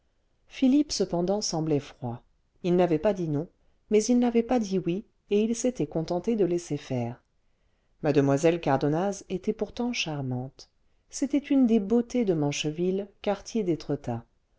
philippe cependant semblait froid il n'avait pas dit non mais il n'avait pas dit oui et il s'était contenté de laisser faire mue cardonnaz était pourtant charmante c'était une des beautés de mancheville quartier d'étretat